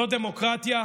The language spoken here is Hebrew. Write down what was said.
זו דמוקרטיה?